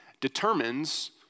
determines